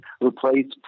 replaced